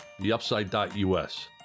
theupside.us